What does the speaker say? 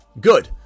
Good